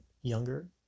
younger